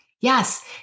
Yes